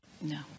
No